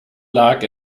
lag